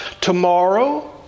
tomorrow